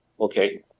Okay